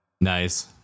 nice